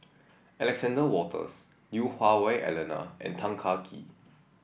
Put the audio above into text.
Alexander Wolters Lui Hah Wah Elena and Tan Kah Kee